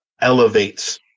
elevates